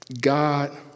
God